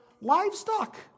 livestock